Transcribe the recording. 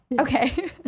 Okay